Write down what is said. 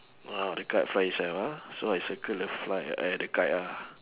ah the kite fly itself ah so I circle the fly I the kite ah